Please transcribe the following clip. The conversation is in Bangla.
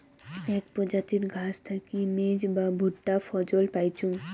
আক প্রজাতির ঘাস থাকি মেজ বা ভুট্টা ফছল পাইচুঙ